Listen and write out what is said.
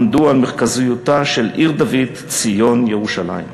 עמדו על מרכזיותה של עיר דוד, ציון, ירושלים.